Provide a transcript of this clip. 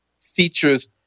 features